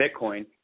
Bitcoin